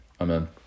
Amen